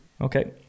okay